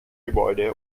gebäude